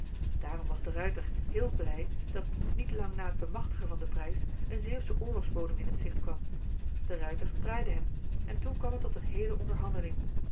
daarom was de ruijter heel blij dat niet lang na het bemachtigen van den prijs een zeeuwsche oorlogsbodem in t zicht kwam de ruijter praaide hem en toen kwam het tot een heele onderhandeling